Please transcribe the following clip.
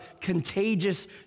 contagious